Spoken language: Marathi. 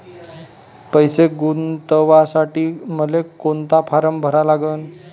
पैसे गुंतवासाठी मले कोंता फारम भरा लागन?